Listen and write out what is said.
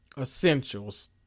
essentials